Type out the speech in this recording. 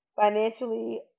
financially